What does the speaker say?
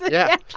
yeah